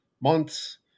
months